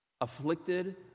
afflicted